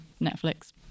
Netflix